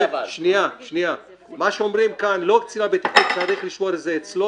לכן מה שאומרים כאן לא קצין הבטיחות צריך לשמור את זה אצלו,